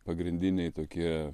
pagrindiniai tokie